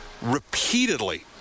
repeatedly